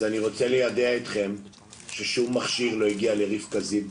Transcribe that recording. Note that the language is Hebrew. אז אני רוצה ליידע אתכם ששום מכשיר לא הגיע לרבקה זיו בצפת.